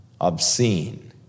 Obscene